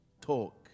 Talk